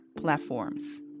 platforms